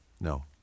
No